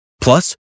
Plus